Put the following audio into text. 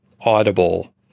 audible